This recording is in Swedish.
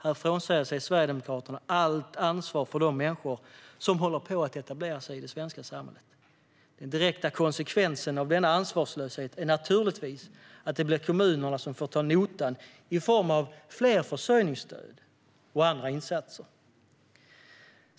Här frånsäger sig Sverigedemokraterna allt ansvar för de människor som håller på att etablera sig i det svenska samhället. Den direkta konsekvensen av denna ansvarslöshet är naturligtvis att det blir kommunerna som får ta notan i form av fler försörjningsstöd och andra insatser.